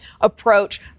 approach